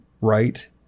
right